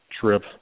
trip